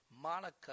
monica